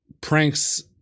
pranks